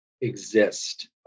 exist